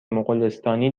مغولستانی